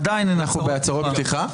אנחנו בהצהרות פתיחה?